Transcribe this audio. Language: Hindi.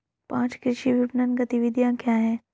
पाँच कृषि विपणन गतिविधियाँ क्या हैं?